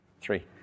three